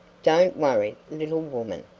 don't worry, little woman,